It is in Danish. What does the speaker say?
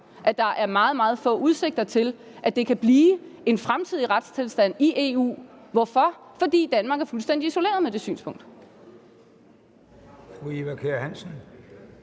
at der er meget, meget lidt udsigt til, at det kan blive en fremtidig retstilstand i EU. Hvorfor? Fordi Danmark er fuldstændig isoleret med det synspunkt.